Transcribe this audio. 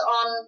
on